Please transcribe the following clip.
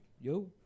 Yo